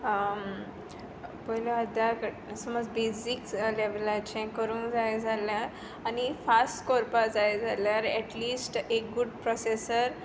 पयलें म्हणल्यार बेजीक लेवलाचें करपाक जाय जाल्यार आनी फास्ट करपाक जाय जाल्यार एटलीस्ट एक गुड प्रोसेसर